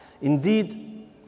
Indeed